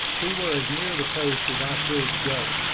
we were as near the coast as i cared to go.